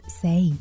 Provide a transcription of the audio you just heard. say